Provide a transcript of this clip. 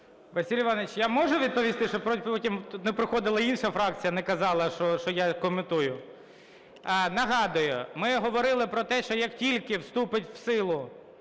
Василь Іванович, я можу відповісти, щоб потім не приходила інша фракція і не казала, що я коментую. Нагадую, ми говорили про те, що як тільки вступить в силу